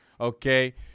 okay